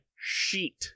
sheet